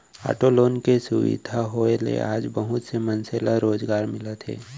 auto loan के सुबिधा होए ले आज बहुत से मनसे ल रोजगार मिलत हे